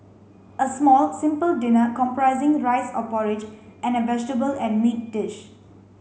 a small simple dinner comprising rice or porridge and a vegetable and meat dish